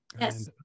Yes